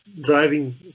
driving